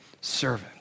servant